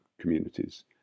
communities